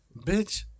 bitch